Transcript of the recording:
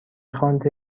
خوانده